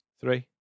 Three